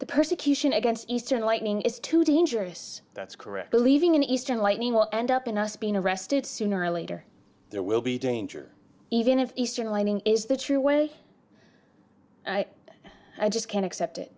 the persecution against eastern lightning is too dangerous that's correct believing in eastern lightning will end up in us being arrested sooner or later there will be danger even of eastern mining is the true way i just can't accept it